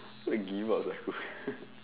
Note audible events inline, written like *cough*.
why give up sia *noise*